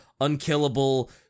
unkillable